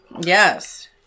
Yes